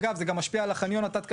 אגב, זה גם משפיע על החניון התת קרקעי.